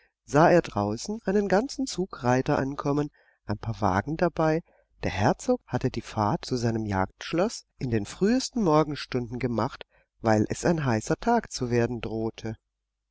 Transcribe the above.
sah er draußen einen ganzen zug reiter ankommen ein paar wagen dabei der herzog hatte die fahrt zu seinem jagdschloß in den frühesten morgenstunden gemacht weil es ein heißer tag zu werden drohte